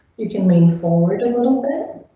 you can lean forward a little bit.